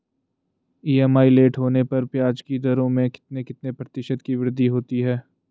EMI late होने पर ब्याज की दरों में कितने कितने प्रतिशत की वृद्धि होती है?